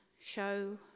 show